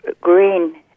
green